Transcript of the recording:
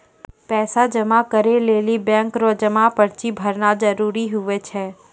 पैसा जमा करै लेली बैंक रो जमा पर्ची भरना जरूरी हुवै छै